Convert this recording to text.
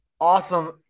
Awesome